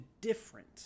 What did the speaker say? different